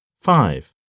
Five